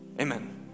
Amen